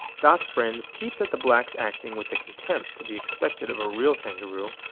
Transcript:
dot's friend peeped at the black's acting with the contempt to be expected of a real kangaroo,